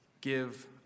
give